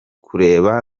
kureba